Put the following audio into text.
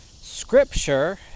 Scripture